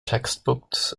textbooks